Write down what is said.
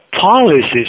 policies